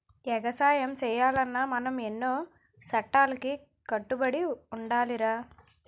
ఎగసాయం సెయ్యాలన్నా మనం ఎన్నో సట్టాలకి కట్టుబడి ఉండాలిరా